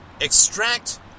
extract